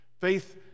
Faith